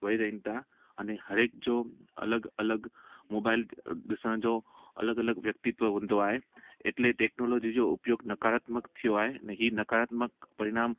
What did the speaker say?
वेही रइनि था अने हर हिक जो अलॻि अलॻि मोबाइल ॾिसण जो अलॻि अलॻि व्यक्तित्व हूंदो आहे एटले टेक्नोलॉजी जो उपयोगु नकारात्मक थियो आहे उनखे नकारात्मक परिणाम